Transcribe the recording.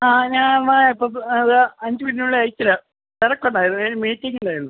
ആ ഞാൻ എന്നാൽ ഇപ്പം അത് അഞ്ചു മിനിറ്റിനുള്ളിൽ അയച്ചുതരാം തിരക്കുണ്ടായിരുന്നു മീറ്റിംഗിലായിരുന്നു